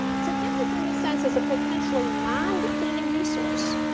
forgiveness in this sense is a potentially non-depleting resource.